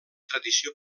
tradició